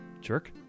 Jerk